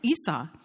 Esau